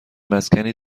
مسکنی